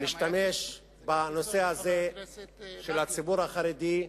משתמש בנושא הזה של הציבור החרדי,